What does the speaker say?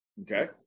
Okay